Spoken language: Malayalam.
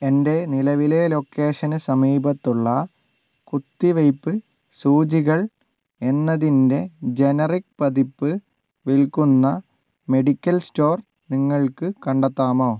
എൻ്റെ നിലവിലെ ലൊക്കേഷന് സമീപത്തുള്ള കുത്തിവയ്പ്പ് സൂചികൾ എന്നതിൻ്റെ ജനറിക് പതിപ്പ് വിൽക്കുന്ന മെഡിക്കൽ സ്റ്റോർ നിങ്ങൾക്ക് കണ്ടെത്താമോ